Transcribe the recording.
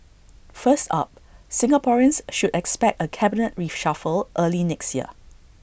first up Singaporeans should expect A cabinet reshuffle early next year